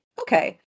okay